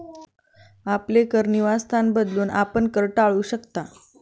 आपले कर निवासस्थान बदलून, आपण कर टाळू शकता